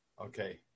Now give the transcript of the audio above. Okay